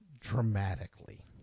dramatically